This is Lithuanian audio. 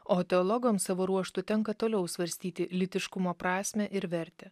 o teologams savo ruožtu tenka toliau svarstyti lytiškumo prasmę ir vertę